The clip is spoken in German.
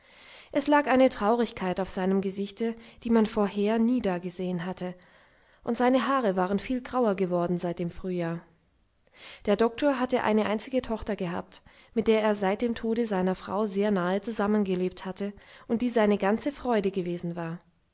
es lag eine traurigkeit auf seinem gesichte die man vorher nie da gesehen hatte und seine haare waren viel grauer geworden seit dem frühjahr der doktor hatte eine einzige tochter gehabt mit der er seit dem tode seiner frau sehr nahe zusammen gelebt hatte und die seine ganze freude gewesen war